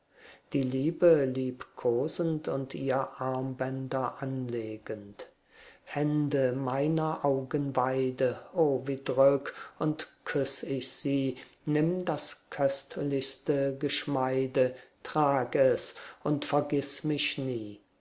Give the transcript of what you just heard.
die liebe liebkosend und ihr armbänder anlegend hände meiner augen weide o wie drück und küss ich sie nimm das köstlichste geschmeide trag es und vergiß mich nie